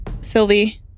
Sylvie